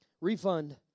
Refund